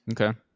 Okay